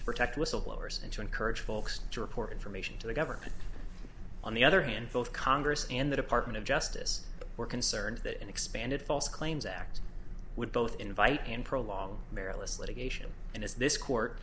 to protect whistleblowers and to encourage folks to report information to the government on the other hand both congress and the department of justice were concerned that an expanded false claims act would both invite and prolong their a list litigation and as this court